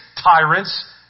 tyrants